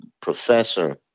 professor